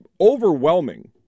overwhelming